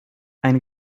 ein